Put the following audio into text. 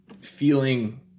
Feeling